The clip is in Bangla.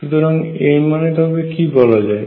সুতরাং এর মানে তবে কি বলা যায়